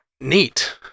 neat